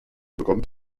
bekommt